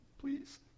Please